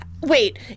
wait